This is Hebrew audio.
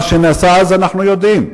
מה שנעשה אז אנחנו יודעים,